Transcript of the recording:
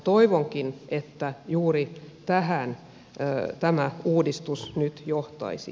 toivonkin että juuri tähän tämä uudistus nyt johtaisi